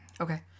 Okay